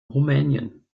rumänien